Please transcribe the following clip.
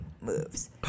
moves